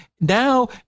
now